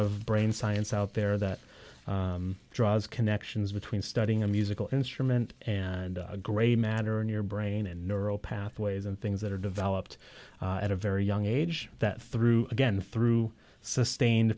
of brain science out there that draws connections between studying a musical instrument and a grey matter in your brain and neural pathways and things that are developed at a very young age that through again through sustain